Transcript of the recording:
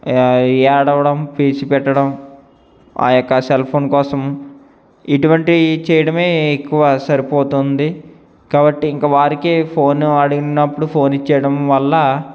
ఏడవడం పేచీపెట్టడం ఆ యొక్క సెల్ఫోన్ కోసం ఇటువంటి చేయడమే ఎక్కువ సరిపోతోంది కాబట్టి ఇంక వారికే ఫోన్ అడిగినప్పుడు ఫోన్ ఇచ్చేయడం వల్ల